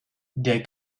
der